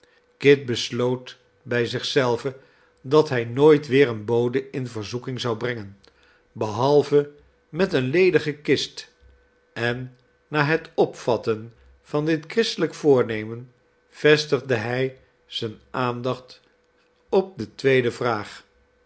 kit besloot bij zich zelven dat hij nooit weer een bode in verzoeking zou brengen behalve met eene ledige kist en na het opvatten van dit christelijk voornemen vestigde hij zijne aandacht op de tweede vraag